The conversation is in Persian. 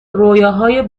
رویاهای